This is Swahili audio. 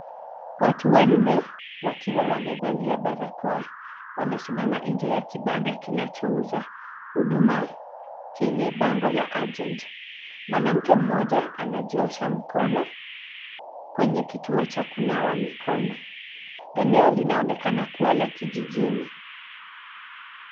Watu wanne wakiwa amevalia barakoa, wamesimama nje ya kibanda kinachouza huduma chenye bango la Agent . Mwanamke mmoja anajiosha miono kwenye kituo cha kuosha mikono. Eneo linaonekana kuwa la kijijini.